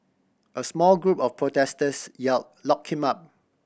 a small group of protesters yell lock him up